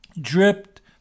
Dripped